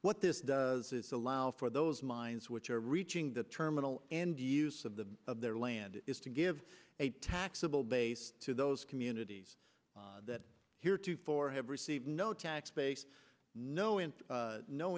what this does is allow for those mines which are reaching the terminal and use of the of their land is to give a taxable base to those communities that here too for have received no tax base no in